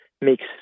makes